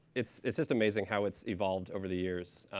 it's it's just amazing how it's evolved over the years.